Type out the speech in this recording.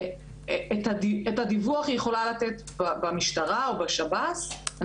את הדיווח היא יכולה לתת במשטרה או בשב"ס אני